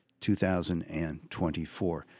2024